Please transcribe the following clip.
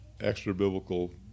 extra-biblical